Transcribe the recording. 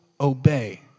obey